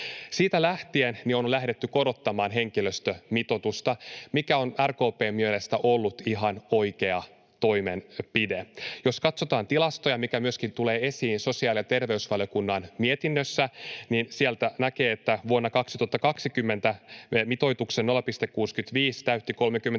Siitä lähtien on lähdetty korottamaan henkilöstömitoitusta, mikä on RKP:n mielestä ollut ihan oikea toimenpide. Jos katsotaan tilastoja, mikä myöskin tulee esiin sosiaali- ja terveysvaliokunnan mietinnössä, niin sieltä näkee, että vuonna 2020 mitoituksen 0,65 täytti 31